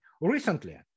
recently